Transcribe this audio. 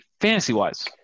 fantasy-wise